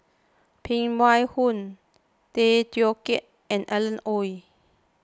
Phan Wait Hong Tay Teow Kiat and Alan Oei